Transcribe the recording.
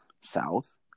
south